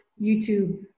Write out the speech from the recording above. YouTube